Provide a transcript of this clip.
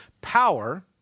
Power